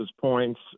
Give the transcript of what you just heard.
points